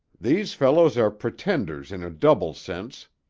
these fellows are pretenders in a double sense,